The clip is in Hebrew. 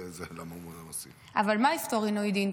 למה הוא לא מוסיף --- אבל מה יפתור עינוי דין,